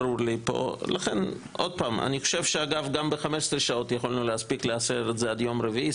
אני חושב שגם ב-15 שעות היינו יכולים להספיק לאשר את זה עד יום רביעי.